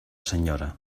senyora